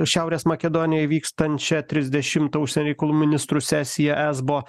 šiaurės makedonijoj vykstančią trisdešimtą užsienio reikalų ministrų sesiją esbo